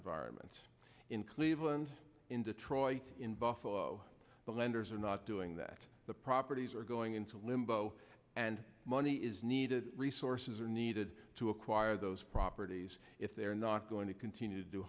environment in cleveland in detroit in buffalo the lenders are not doing that the properties are going into limbo and money is needed resources are needed to acquire those properties if they're not going to continue to do